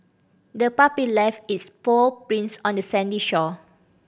the puppy left its paw prints on the sandy shore